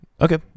okay